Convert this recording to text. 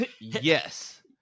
Yes